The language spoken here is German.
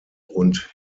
und